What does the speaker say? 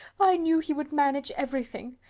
i knew he would manage everything!